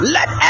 Let